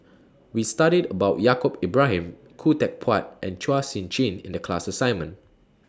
We studied about Yaacob Ibrahim Khoo Teck Puat and Chua Sian Chin in The class assignment